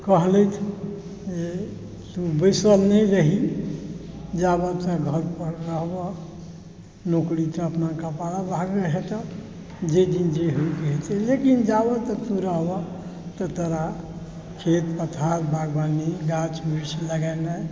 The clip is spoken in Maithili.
कहलथि जे तू बैसल नहि रही जाबऽ तक घरपर रहबऽ नौकरी तऽ अपना कपारऽ भागऽ हेतऽ जाहिदिन जे होइके हेतै लेकिन जाबऽ तक तू रहबऽ तऽ तोरा खेत पथार बागबानी गाछ वृक्ष लगेनाइ